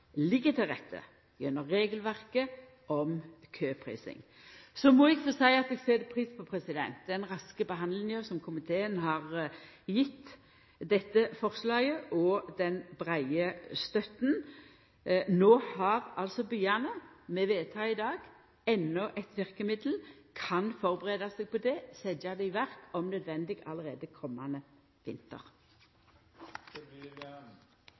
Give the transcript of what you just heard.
ligg til rette gjennom regelverket om køprising. Så må eg seia at eg set pris på den raske behandlinga og den breie støtta som komiteen har gitt dette forslaget. Med vedtaket i dag har altså byane endå eit verkemiddel, kan førebu seg på det og om nødvendig setja det i verk allereie komande vinter. Det blir